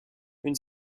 une